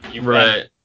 right